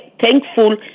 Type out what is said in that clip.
thankful